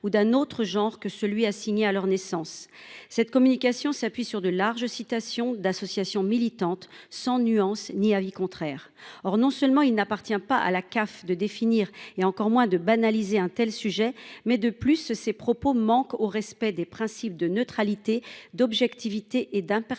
ou d'un autre genre que celui assigné à leur naissance cette communication s'appuie sur de larges citations d'associations militantes sans nuance ni avis contraire. Or, non seulement il n'appartient pas à la CAF de définir et encore moins de banaliser un tel sujet mais de plus, ces propos manquent au respect des principes de neutralité et d'objectivité et d'impartialité